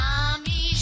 Mommy